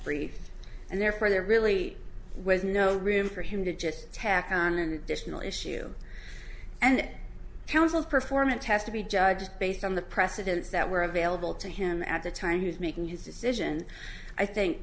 brief and therefore there really was no room for him to just tack on an additional issue and counsel performance has to be judged based on the precedents that were available to him at the time he was making his decision i think